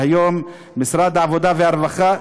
שהיום משרד העבודה והרווחה,